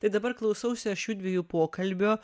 tai dabar klausausi aš judviejų pokalbio